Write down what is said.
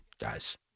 guys